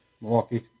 Milwaukee